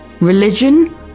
religion